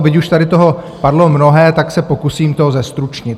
Byť už tady padlo mnohé, tak se pokusím to zestručnit.